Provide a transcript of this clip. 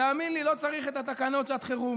תאמין לי, לא צריך את תקנות שעת חירום.